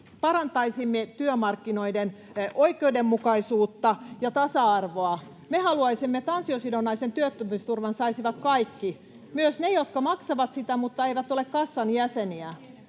parantaisimme työmarkkinoiden oikeudenmukaisuutta ja tasa-arvoa. Me haluaisimme, että ansiosidonnaisen työttömyysturvan saisivat kaikki, myös ne, jotka maksavat sitä mutta eivät ole kassan jäseniä.